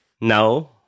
now